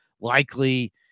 likely